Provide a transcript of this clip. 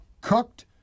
cooked